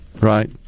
right